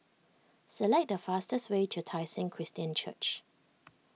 select the fastest way to Tai Seng Christian Church